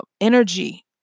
energy